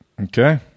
Okay